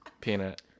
Peanut